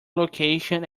location